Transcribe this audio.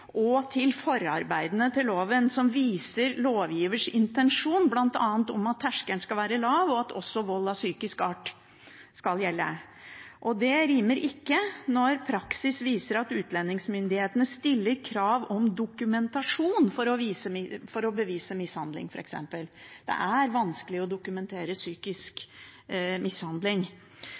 og til forarbeidene til loven, som viser lovgiverens intensjon, bl.a. om at terskelen skal være lav, og at også vold av psykisk art skal gjelde. Det rimer ikke når praksis viser at utlendighetsmyndighetene stiller krav om dokumentasjon for å bevise f.eks. mishandling. Det er vanskelig å dokumentere psykisk mishandling.